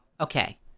Okay